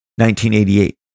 1988